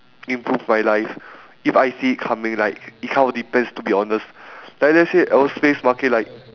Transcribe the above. improve my life if I see it coming like it all depends to be honest like let's say aerospace market like